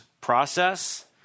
process